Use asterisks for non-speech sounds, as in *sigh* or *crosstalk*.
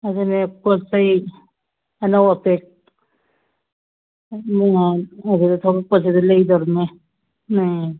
ꯑꯗꯨꯅꯦ ꯄꯣꯠ ꯆꯩ ꯑꯅꯧ ꯑꯄꯦꯠ *unintelligible* ꯑꯗꯨꯗ ꯊꯣꯛꯂꯛꯄꯁꯤꯗ ꯂꯩꯗꯣꯔꯤꯝꯅꯦ ꯎꯝ